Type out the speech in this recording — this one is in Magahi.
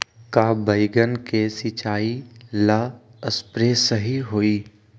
का बैगन के सिचाई ला सप्रे सही होई?